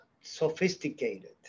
sophisticated